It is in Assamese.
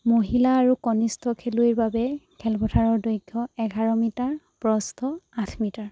মহিলা আৰু কনিষ্ঠ খেলুৱৈৰ বাবে খেলপথাৰৰ দৈৰ্ঘ এঘাৰ মিটাৰ প্ৰস্থ আঠ মিটাৰ